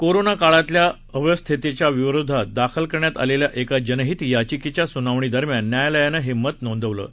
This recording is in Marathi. कोरोनाकाळातल्या अव्यवस्थेच्या विरोधात दाखल करण्यात आलेल्या एक जनहित याचिकेच्या सुनावणी दरम्यान न्यायालयानं हे मत नोंदवलं आहे